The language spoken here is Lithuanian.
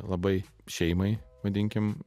labai šeimai vadinkim